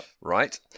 Right